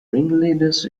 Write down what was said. ringleaders